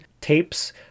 tapes